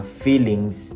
feelings